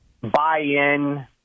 buy-in